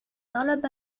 طلب